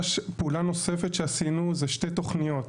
פעולה נוספת שעשינו זה שתי תוכניות,